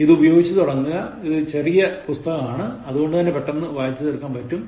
ഇത് ഉപയോഗിച്ച് തുടങ്ങുക ഇതൊരു ചെറിയ പുസ്തകമാണ് അതുകൊണ്ടു തന്നെ പെട്ടന് വായിച്ചു തീർക്കാനും സാധിക്കും